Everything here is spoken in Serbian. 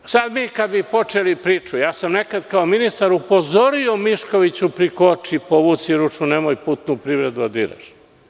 Sada kada bi počeli priču, nekad sam kao ministar upozorio - Miškoviću, prikoči, povuci ručnu, nemoj putnu privredu da diraš.